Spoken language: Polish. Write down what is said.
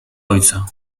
ojca